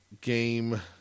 Game